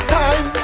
time